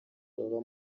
baba